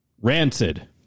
Rancid